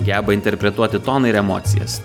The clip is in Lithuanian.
geba interpretuoti toną ir emocijas